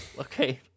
okay